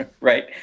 right